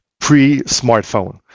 Pre-smartphone